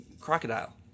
crocodile